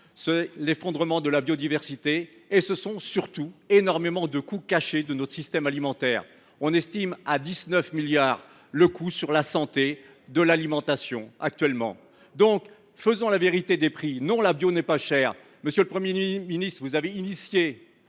l’effondrement de la biodiversité. Ce sont surtout énormément de coûts cachés dans notre système alimentaire. On estime ainsi à 19 milliards d’euros le coût sur la santé de l’alimentation actuelle. Faisons la vérité des prix ! Non, la bio n’est pas chère. Monsieur le Premier ministre, vous avez introduit